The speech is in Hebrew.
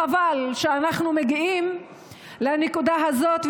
חבל שאנחנו מגיעים לנקודה הזאת,